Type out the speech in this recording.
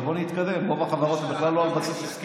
החברות הממשלתיות צריכות להיות בפלוס.